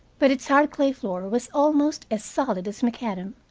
but its hard clay floor was almost as solid as macadam.